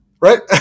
Right